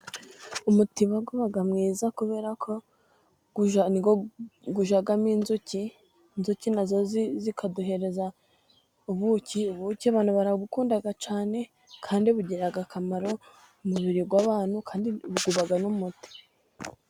Umutiba uba mwiza kuberako ujyamo inzuki, inzuki na zo zikaduha ubuki. Ubuki abantu barabukunda cyane kandi bugirira akamaro umubiri w'abantu kandi buba n'umuti.